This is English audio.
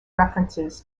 references